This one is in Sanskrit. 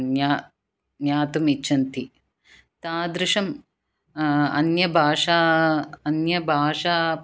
ज्ञ ज्ञातुम् इच्छन्ति तादृशम् अन्य भाषा अन्यभाषानाम्